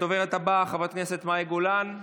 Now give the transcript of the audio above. הדוברת הבאה, חברת הכנסת מאי גולן,